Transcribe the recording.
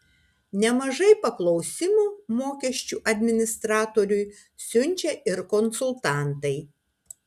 nemažai paklausimų mokesčių administratoriui siunčia ir konsultantai